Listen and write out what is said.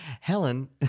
Helen